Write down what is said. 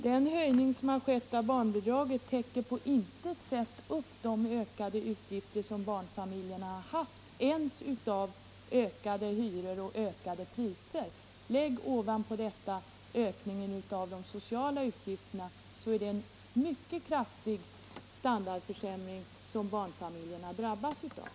Herr talman! Den höjning av barnbidraget som gjorts täcker på intet sätt ens de ytterligare utgifter som barnfamiljerna har haft på grund av ökade hyror och höjda priser. Ovanpå detta läggs så ökningen av de sociala utgifterna. Det är en mycket kraftig standardförsämring som barnfamiljerna har drabbats av.